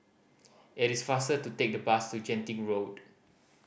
it is faster to take the bus to Genting Road